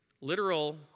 Literal